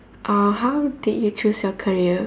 uh how did you choose your career